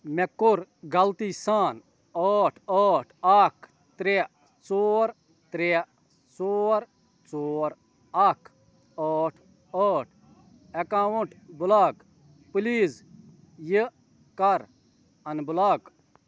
مےٚ کوٚر غلطی سان ٲٹھ ٲٹھ اَکھ ترٛےٚ ژور ترٛےٚ ژور ژور اَکھ ٲٹھ ٲٹھ اٮ۪کاوُنٛٹ بٕلاک پٕلیٖز یہِ کَر اَنبٕلاک